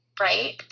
right